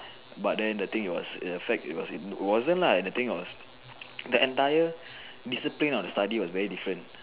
but then the thing was it affect it wasn't lah and the thing was the entire discipline of the study was very different